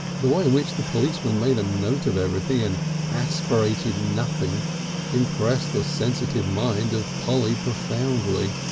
the way in which the policeman made a note of everything and aspirated nothing impressed the sensitive mind of polly profoundly.